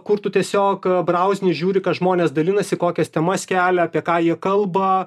kur tu tiesiog brauzini žiūri ką žmonės dalinasi kokias temas kelia apie ką jie kalba